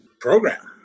program